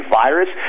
virus